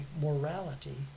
morality